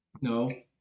No